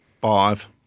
five